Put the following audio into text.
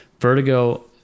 vertigo